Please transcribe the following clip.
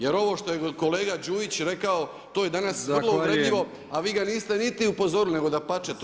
Jer ovo što je kolega Đujić rekao to je danas vrlo uvredljivo a vi ga niste niti upozorili, nego dapače, to